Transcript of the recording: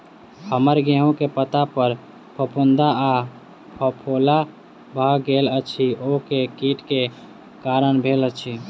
हम्मर गेंहूँ केँ पत्ता पर फफूंद आ फफोला भऽ गेल अछि, ओ केँ कीट केँ कारण भेल अछि?